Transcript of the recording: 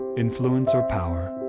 influence or power.